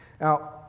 Now